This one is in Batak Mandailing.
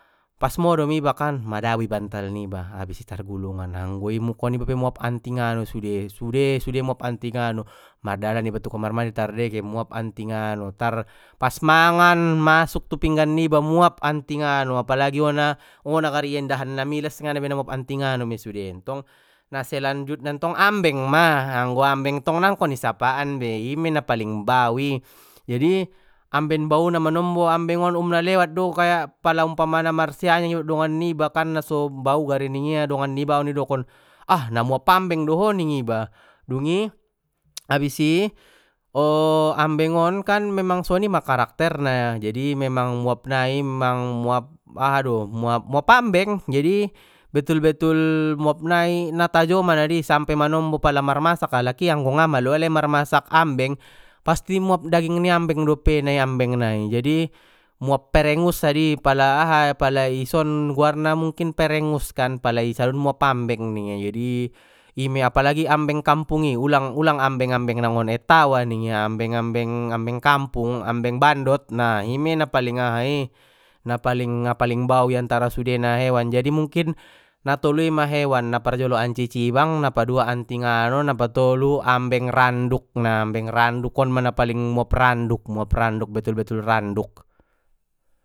Pas modom ibakan madabu i bantal niba abis i targulungan anggo i muko niba pe muap antingano sude sude sude muap antingano mardalan iba tu kamar mandi tardege muap antingano tar pas mangan masuk tu pinggan niba muap antingano apalagi ona-ona gari indahan namilas ngana be na muap antingano mei sudena tong na selanjutnya ntong ambeng ma anggo ambeng tong nangkon isapaan be i mei na paling bau i jadi amben bauna manombo ambeng on um nalewat do pala umpamana marsianyang iba dot dongan niba kan naso bau gari ningia dongan nibai on idokon ah na muap ambeng doho ningiba dungi abis i ambeng on kan memang soni ma karakterna jadi memang muap nai mang muap aha do muap muap ambeng jadi betul betul muap nai natajoman adi sampe manombo pala marmasak alak i anggo nga malo alai marmasak ambeng pasti muap daging ni ambeng dope na i ambeng nai jadi muap perengus adi pala aha pala i son goarna mungkin perengus kan pala isadun muap ambeng ningia jadi i mei apalagi ambeng kampung i ulang-ulang ambeng ambeng na ngon etawa ningia ambeng ambeng-ambeng kampung ambeng bandot nah i mei na paling aha i na paling-na paling bau i antara sudena hewan jadi mungkin na tolu i ma hewan naparjolo ancicibang na padua antingano na patolu ambeng randuk nah ambeng randuk on ma na paling muap randuk muap randuk betul betul randuk.